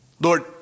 Lord